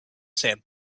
sand